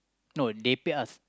no they pay us